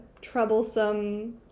troublesome